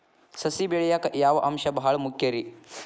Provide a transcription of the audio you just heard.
ಸಸಿ ಬೆಳೆಯಾಕ್ ಯಾವ ಅಂಶ ಭಾಳ ಮುಖ್ಯ ರೇ?